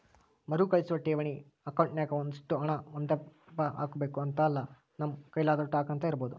ಮರುಕಳಿಸೋ ಠೇವಣಿ ಅಕೌಂಟ್ನಾಗ ಒಷ್ಟು ಹಣ ಒಂದೇದಪ್ಪ ಹಾಕ್ಬಕು ಅಂತಿಲ್ಲ, ನಮ್ ಕೈಲಾದೋಟು ಹಾಕ್ಯಂತ ಇರ್ಬೋದು